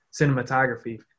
cinematography